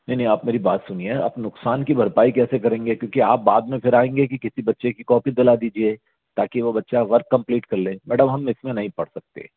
नहीं नहीं आप मेरी बात सुनिए आप नुक़सान की भरपाई कैसे करेंगे क्योंकि आप बाद में फिर आएंगे कि किसी बच्चे की कॉपी दिला दीजिए ताकि वो बच्चा वर्क कंप्लीट कर लें मैडम हम इसमें नहीं पड़ सकते